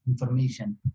information